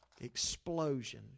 explosion